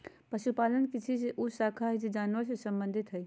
पशुपालन कृषि के उ शाखा हइ जे जानवर से संबंधित हइ